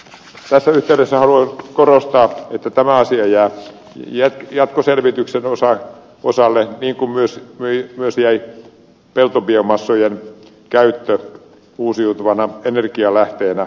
tässä yhteydessä haluan korostaa että tämä asia jää jatkoselviteltäväksi niin kuin myös jäi peltobiomassojen käyttö uusiutuvana energialähteenä